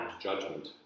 judgment